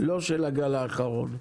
--- לא של הגל האחרון,